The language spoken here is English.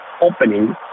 opening